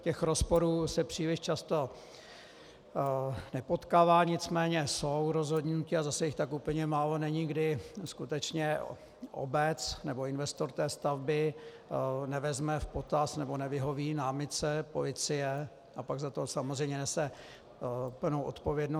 Těch rozporů se příliš často nepotkává, nicméně jsou rozhodnutí, a zase jich tak úplně málo není, kdy skutečně obec nebo investor té stavby nevezme v potaz nebo nevyhoví námitce policie, a pak za to samozřejmě nese plnou odpovědnost.